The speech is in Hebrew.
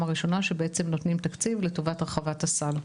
הראשונה שנותנים תקציב לטובת הרחבת הסל,